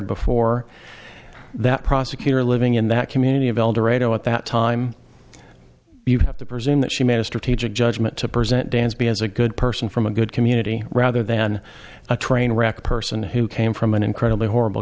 before that prosecutor living in that community of eldorado at that time you have to presume that she made a strategic judgment to present dansby as a good person from a good community rather than a trainwreck person who came from an incredibly horrible